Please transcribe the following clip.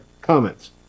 Comments